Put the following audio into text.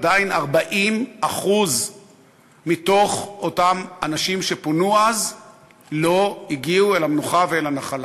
עדיין 40% מאותם אנשים שפונו אז לא הגיעו אל המנוחה ואל הנחלה.